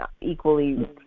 equally